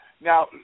Now